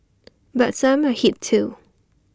but some are hit too